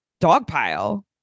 dogpile